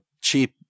cheap